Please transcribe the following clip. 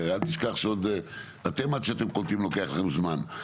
כי הרי אל תשכח שעוד אתם עד שאתם קולטים לוקח לכם זמן.